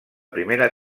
primera